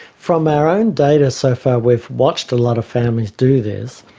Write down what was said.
from our own data so far we've watched a lot of families do this.